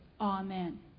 Amen